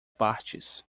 partes